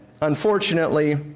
Unfortunately